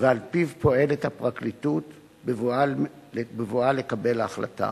ועל-פיו פועלת הפרקליטות בבואה לקבל ההחלטה.